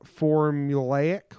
formulaic